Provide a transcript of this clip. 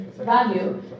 value